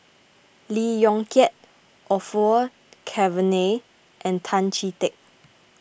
Lee Yong Kiat Orfeur Cavenagh and Tan Chee Teck